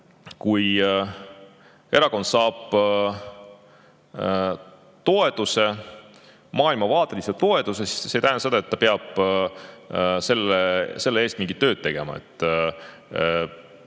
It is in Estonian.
Kui erakond saab toetuse, kui tema maailmavaade saab toetuse, siis see ei tähenda seda, et ta peab selle eest mingit tööd tegema.